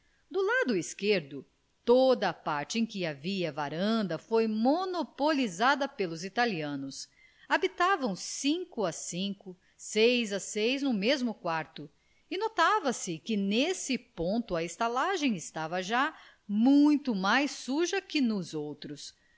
do lado esquerdo toda a parte em que havia varanda foi monopolizada pelos italianos habitavam cinco a cinco seis a seis no mesmo quarto e notava-se que nesse ponto a estalagem estava já muito mais suja que nos outros